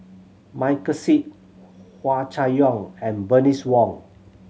Michael Seet Hua Chai Yong and Bernice Wong